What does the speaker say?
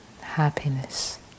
happiness